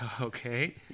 Okay